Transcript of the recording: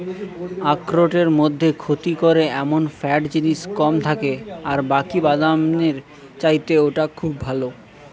আখরোটের মধ্যে ক্ষতি করে এমন ফ্যাট জিনিস কম থাকে আর বাকি বাদামের চাইতে ওটা খুব ভালো